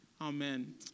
Amen